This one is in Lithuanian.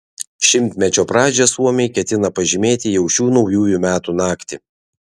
šimtmečio pradžią suomiai ketina pažymėti jau šių naujųjų metų naktį